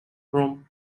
rome